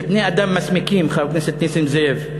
שבני-אדם מסמיקים, חבר הכנסת נסים זאב.